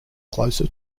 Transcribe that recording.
closer